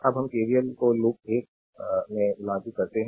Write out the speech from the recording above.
अब हम केवीएल को लूप 1 में लागू करते हैं